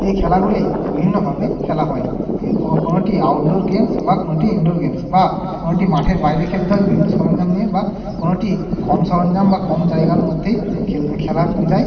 এই খেলাগুলি বিভিন্নভাবে খেলা হয় এর কোনো কোনোটি আউটডোর গেমস বা কোনোটি ইনডোর গেমস বা কোনোটি মাঠের বাইরে খেলতে হয় বিভিন্ন সরঞ্জাম নিয়ে বা কোনোটি কম সরঞ্জাম বা কম জায়গার মধ্যেই খেলা যায়